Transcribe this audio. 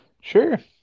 sure